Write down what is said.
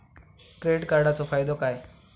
Credit कार्डाचो फायदो काय?